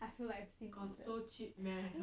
I feel like since